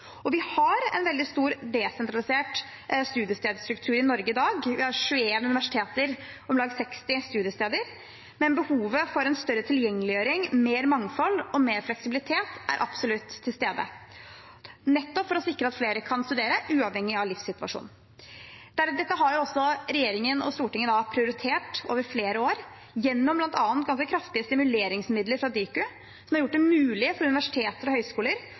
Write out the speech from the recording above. Vi har en veldig stor desentralisert studiestedsstruktur i Norge i dag. Vi har 21 universiteter og om lag 60 studiesteder, men behovet for en større tilgjengeliggjøring, mer mangfold og mer fleksibilitet er absolutt til stede, nettopp for å sikre at flere kan studere uavhengig av livssituasjon. Dette har også regjeringen og Stortinget prioritert over flere år, gjennom bl.a. ganske kraftige stimuleringsmidler fra Diku, som har gjort det mulig for universiteter og høyskoler